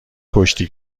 کشتی